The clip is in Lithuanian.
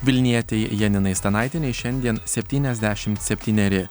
vilnietei janinai stanaitienei šiandien septyniasdešimt septyneri